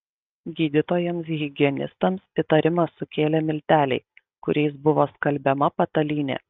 gydytojams higienistams įtarimą sukėlė milteliai kuriais buvo skalbiama patalynė